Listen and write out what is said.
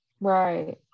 Right